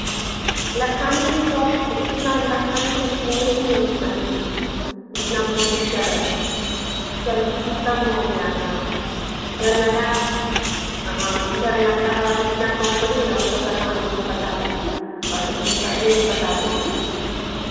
लखानी में तो आप उतना लखानी का नहीं है उतना इ इतना मोती का है चलती खतम हो गया है हाँ जो नया नया हाँ ये जो नया वाला जितना कंपनी है ना वो सबका नाम हमको बता दीजिए और इसका रेंज बता दीजिए